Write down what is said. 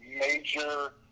major